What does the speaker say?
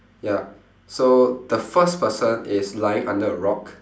ya so the first person is lying under a rock